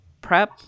prep